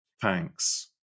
thanks